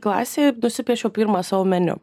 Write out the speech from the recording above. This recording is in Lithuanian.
klasėje nusipiešiau pirmą savo meniu